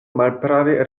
malprave